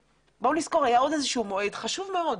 היה עוד איזשהו מועד חשוב מאוד.